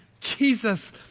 Jesus